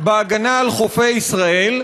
בהגנה על חופי ישראל,